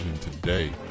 today